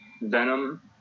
Venom